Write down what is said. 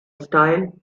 style